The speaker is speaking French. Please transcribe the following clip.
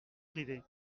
privés